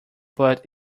but